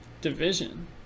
Division